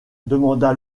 demanda